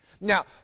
Now